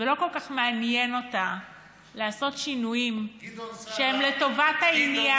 ולא כל כך מעניין אותה לעשות שינויים שהם לטובת העניין.